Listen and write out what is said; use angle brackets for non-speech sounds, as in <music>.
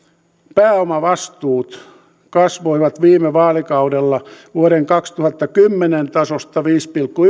pääomavastuut kasvoivat viime vaalikaudella vuoden kaksituhattakymmenen tasosta viidestä pilkku <unintelligible>